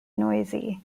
noisy